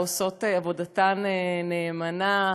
העושות עבודתן נאמנה.